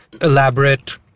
elaborate